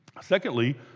Secondly